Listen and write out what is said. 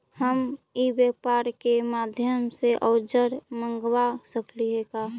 हम ई व्यापार के माध्यम से औजर मँगवा सकली हे का?